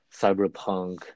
cyberpunk